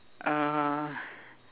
uh